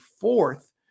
fourth